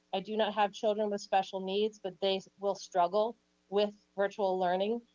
i do not have children with special needs, but they will struggle with virtual learning.